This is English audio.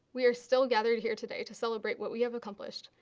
we are still gathered here today to celebrate what we have accomplished,